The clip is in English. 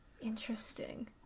interesting